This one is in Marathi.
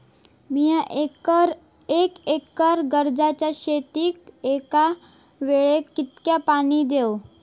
मीया एक एकर गाजराच्या शेतीक एका वेळेक कितक्या पाणी देव?